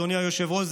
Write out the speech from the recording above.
אדוני היושב-ראש,